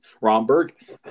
Romberg